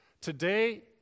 Today